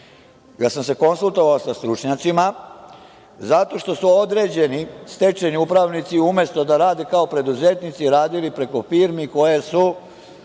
ja sam se konsultovao sa stručnjacima zato što su određeni stečajni upravnici, umesto da rade kao preduzetnici, radili preko firmi koje su